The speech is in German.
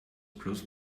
plus